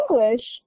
English